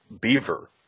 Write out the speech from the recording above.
beaver